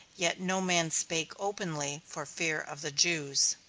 yet no man spake openly for fear of the jews.